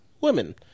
women